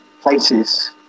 places